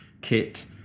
kit